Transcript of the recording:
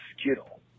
skittle